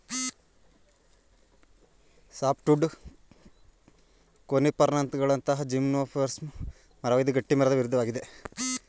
softwood ಕೋನಿಫರ್ಗಳಂತಹ gymnosperm ಮರವಾಗಿದ್ದು ಗಟ್ಟಿಮರದ ವಿರುದ್ಧವಾಗಿದೆ